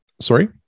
Sorry